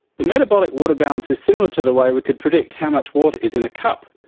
the metabolic water balance is similar to the way we could predict how much water is in a cup,